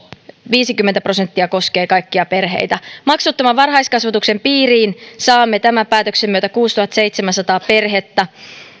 viisikymmentä prosenttia koskee kaikkia perheitä maksuttoman varhaiskasvatuksen piiriin saamme tämän päätöksen myötä kuusituhattaseitsemänsataa perhettä